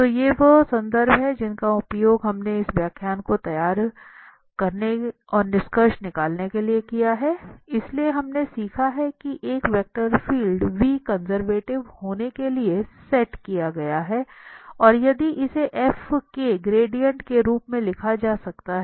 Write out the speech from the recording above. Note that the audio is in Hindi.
तो ये वे संदर्भ हैं जिनका उपयोग हमने इस व्याख्यान को तैयार करने और निष्कर्ष निकालने के लिए किया है इसलिए हमने सीखा है कि एक वेक्टर फील्ड कंजर्वेटिव होने के लिए सेट किया गया है यदि इसे f के ग्रेडिएंट के रूप में लिखा जा सकता है